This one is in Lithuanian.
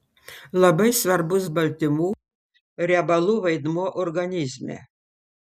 labai svarbus baltymų riebalų vaidmuo organizme